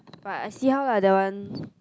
but I see how lah that one